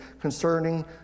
concerning